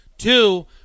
Two